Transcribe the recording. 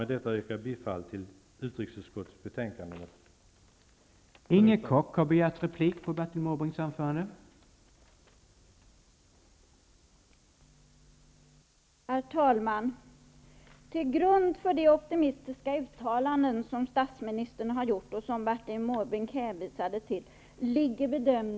Jag yrkar med detta bifall till utrikesutskottets hemställan i betänkande nr 13.